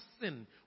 sin